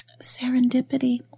serendipity